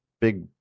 big